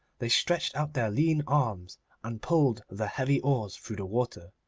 they stretched out their lean arms and pulled the heavy oars through the water.